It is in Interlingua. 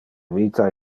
vita